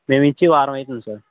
మేము ఇచ్చి వారం అవుతోంది సార్